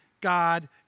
God